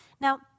Now